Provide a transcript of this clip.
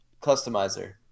Customizer